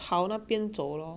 then 走到